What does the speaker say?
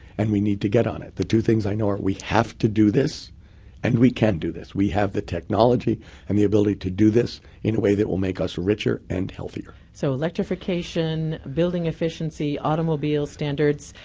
and we need to get on it. the two things i know are we have to do this and we can do this. we have the technology and the ability to do this in a way that will make us richer and healthier. so electrification, building efficiency, automobile standards.